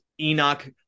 Enoch